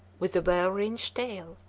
with a well-ringed tail,